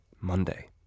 Monday